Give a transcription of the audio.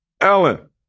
Ellen